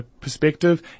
perspective